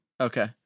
Okay